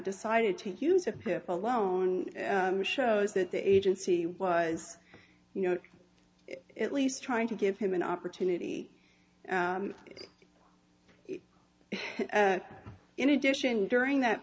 decided to use a pip alone shows that the agency was you know at least trying to give him an opportunity in addition during that